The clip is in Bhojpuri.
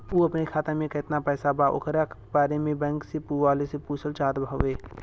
उ अपने खाते में कितना पैसा बा ओकरा बारे में बैंक वालें से पुछल चाहत हवे?